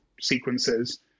sequences